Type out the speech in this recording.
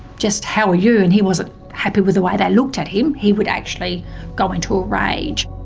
just, how are you? and he wasn't happy with the way they looked at him, he would actually go into a rage.